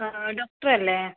ആ ഡോക്ടറല്ലേ